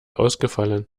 ausgefallen